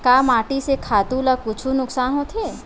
का माटी से खातु ला कुछु नुकसान होथे?